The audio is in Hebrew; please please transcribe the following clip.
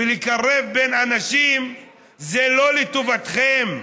ולקרב בין אנשים זה לא לטובתכם.